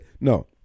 no